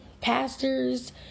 pastors